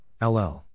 LL